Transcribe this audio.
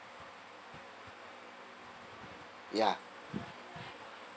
ya